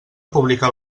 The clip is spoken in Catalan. publicar